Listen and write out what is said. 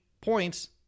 points